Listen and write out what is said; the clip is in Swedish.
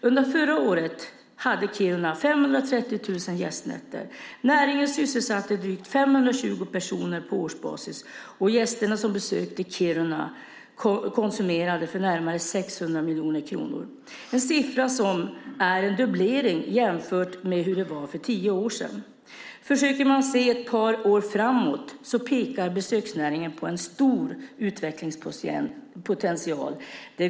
Under förra året hade Kiruna 530 000 gästnätter. Näringen sysselsatte drygt 520 personer på årsbasis, och gästerna som besökte Kiruna konsumerade för närmare 600 miljoner kronor. Det är en siffra som är en dubblering jämfört med hur det var för tio år sedan. Om man försöker se ett par år framåt pekar besöksnäringen då på en stor utvecklingspotential.